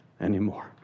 anymore